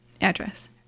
address